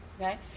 okay